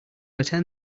attend